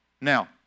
Now